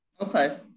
Okay